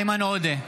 איימן עודה,